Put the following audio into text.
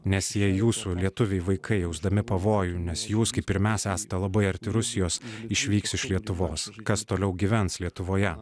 nes jei jūsų lietuviai vaikai jausdami pavojų nes jūs kaip ir mes esate labai arti rusijos išvyks iš lietuvos kas toliau gyvens lietuvoje